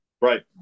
Right